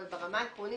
אבל ברמה העקרונית,